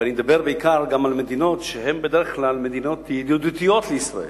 ואני מדבר בעיקר גם על מדינות שהן בדרך כלל מדינות ידידותיות לישראל,